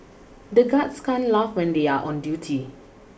the guards can't laugh when they are on duty